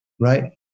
Right